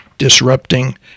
disrupting